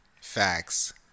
Facts